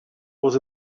was